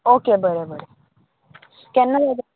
okay बरें बरें केन्ना जाय तुमकां